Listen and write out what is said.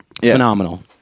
Phenomenal